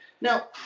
Now